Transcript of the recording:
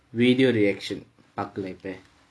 video reaction பார்க்கலாம் இப்ப:paarkalaam ippa